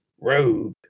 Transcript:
rogue